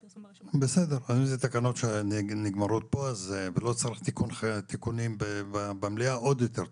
אז אם אלה תקנות שנגמרות פה ולא צריך תיקונים במליאה עוד יותר טוב,